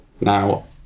Now